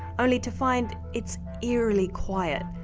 only to find it's eerily quiet.